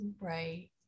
Right